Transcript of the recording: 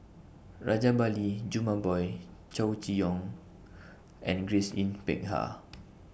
Rajabali Jumabhoy Chow Chee Yong and Grace Yin Peck Ha